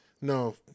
No